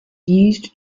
used